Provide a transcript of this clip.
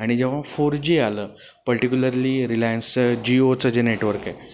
आणि जेव्हा four G आलं पर्टिक्युलरली रिलायन्सचं जिओचं जे नेटवर्क आहे